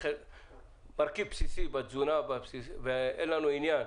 מרכיב בסיסי בתזונה ואין לנו עניין